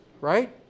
right